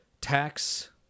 tax